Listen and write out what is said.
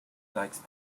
likes